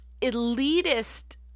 elitist